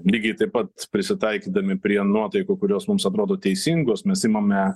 lygiai taip pat prisitaikydami prie nuotaikų kurios mums atrodo teisingos mes imame